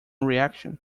reaction